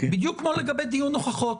בדיוק כמו לגבי דיון הוכחות.